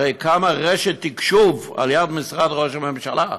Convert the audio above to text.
הרי קמה רשת תקשוב על יד משרד ראש הממשלה,